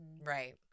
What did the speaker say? Right